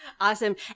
Awesome